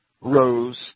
rose